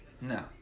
No